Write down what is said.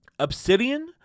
Obsidian